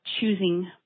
choosing